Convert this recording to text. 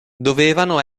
dovevano